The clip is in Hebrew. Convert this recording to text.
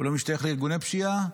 הוא לא משתייך לארגוני פשיעה,